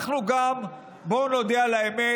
גם בואו נודה על האמת,